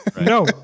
No